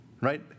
right